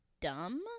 dumb